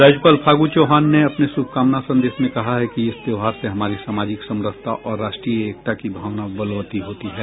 राज्यपाल फागू चौहान ने अपने श्रभकामना संदेश में कहा है कि इस त्योहार से हमारी सामाजिक समरसता और राष्ट्रीय एकता की भावना वलवती होती है